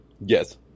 Yes